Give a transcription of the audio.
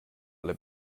alle